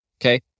okay